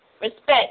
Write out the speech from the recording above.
Respect